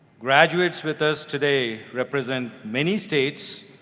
graduates with us today represent many states,